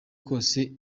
kose